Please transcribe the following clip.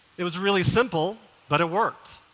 it was really simple, but it worked.